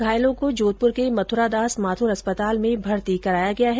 घायलों को जोधप्र के मथ्रादास माथ्र अस्पताल में भर्ती कराया गया है